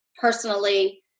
personally